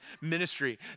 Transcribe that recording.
ministry